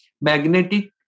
Magnetic